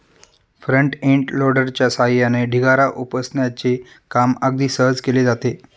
front end लोडरच्या सहाय्याने ढिगारा उपसण्याचे काम अगदी सहज केले जाते